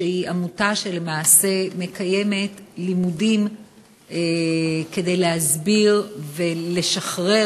שהיא עמותה שלמעשה מקיימת לימודים כדי להסביר ולשחרר